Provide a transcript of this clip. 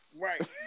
right